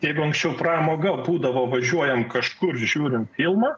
jeigu anksčiau pramoga būdavo važiuojame kažkur žiūrime filmą